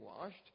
washed